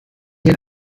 den